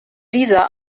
dieser